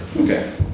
Okay